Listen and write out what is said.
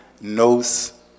knows